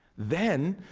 then,